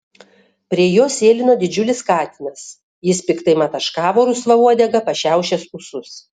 prie jos sėlino didžiulis katinas jis piktai mataškavo rusva uodega pašiaušęs ūsus